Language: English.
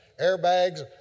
airbags